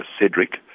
CEDRIC